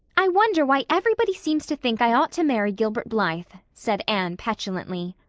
i wonder why everybody seems to think i ought to marry gilbert blythe, said anne petulantly.